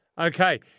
Okay